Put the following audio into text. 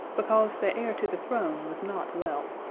because the heir to the throne was not well.